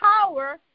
power